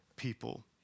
People